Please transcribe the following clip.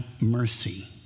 mercy